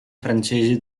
francesi